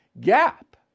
gap